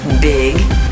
Big